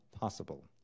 possible